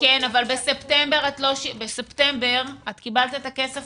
שילמתי את --- אבל בספטמבר את קיבלת את הכסף